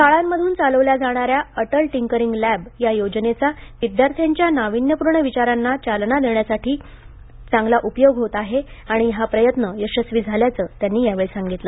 शाळांमधून चालवल्या जाणाऱ्या अटल टिंकरींग लॅब योजनेचा विद्यार्थ्यांच्या नावीण्यपूर्ण विचारांना चालना देण्यासाठी चांगला उपयोग होत आहे आणि हा प्रयत्न यशस्वी झाल्याचं त्यांनी यावेळी सांगितलं